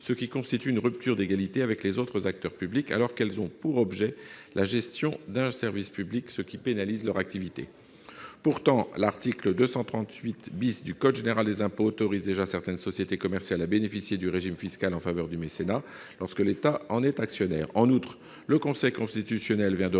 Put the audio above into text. ce qui constitue une rupture d'égalité avec les autres acteurs publics, alors qu'elles ont pour objet la gestion d'un service public. Cela pénalise leur activité. Pourtant, l'article 238 du code général des impôts autorise déjà certaines sociétés commerciales à bénéficier du régime fiscal en faveur du mécénat, lorsque l'État en est actionnaire.